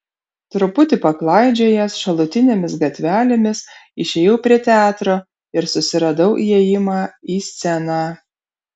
truputį paklaidžiojęs šalutinėmis gatvelėmis išėjau prie teatro ir susiradau įėjimą į sceną